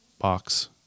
box